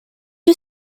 you